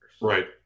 Right